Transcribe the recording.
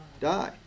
Die